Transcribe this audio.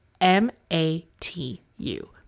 M-A-T-U